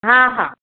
हा हा